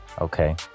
okay